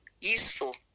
useful